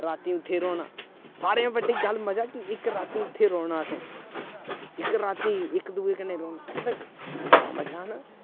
राती उत्थै रौह्ना सारें शा बड्डी गल्ल मजा कि इक राती उत्थै रौह्ना असें इक राती इक दुए कन्नै रौह्ना मतलब बड़ा मजा औना